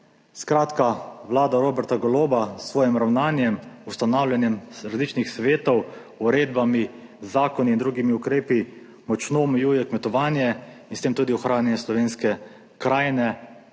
Skratka, vlada Roberta Goloba s svojim ravnanjem, ustanavljanjem različnih svetov, uredbami, zakoni in drugimi ukrepi močno omejuje kmetovanje in s tem tudi ohranjanje slovenske krajine,